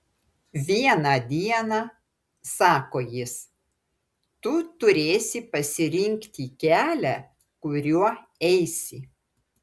vieną dieną sako jis tu turėsi pasirinkti kelią kuriuo eisi